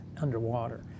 underwater